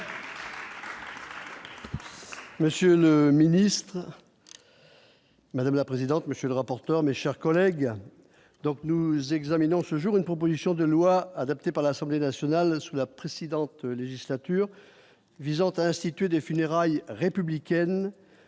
Monsieur le ministre, madame la présidente, monsieur le rapporteur, mes chers collègues, donc nous examinons ce jour une proposition de loi adoptée par l'Assemblée nationale, sous la précédente législature, visant à instituer des funérailles républicaine